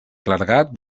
clergat